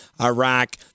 Iraq